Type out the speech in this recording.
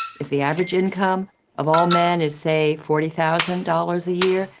if the average income of all men is, say, forty thousand dollars a year,